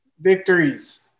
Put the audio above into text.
victories